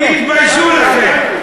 תתביישו לכם.